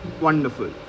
wonderful